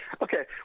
okay